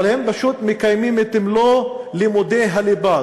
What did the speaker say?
אבל הם פשוט מקיימים את מלוא לימודי הליבה,